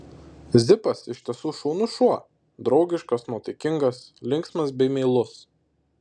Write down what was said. zipas iš tiesų šaunus šuo draugiškas nuotaikingas linksmas bei meilus